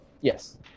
Yes